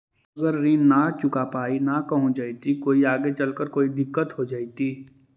अगर ऋण न चुका पाई न का हो जयती, कोई आगे चलकर कोई दिलत हो जयती?